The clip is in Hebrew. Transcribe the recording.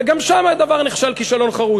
וגם שם הדבר נכשל כישלון חרוץ.